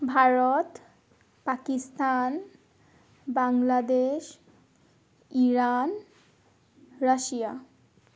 Bharat Pakistan Bangladesh Iran Russia